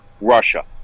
russia